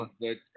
Good